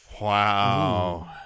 Wow